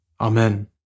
Amen